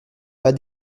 pas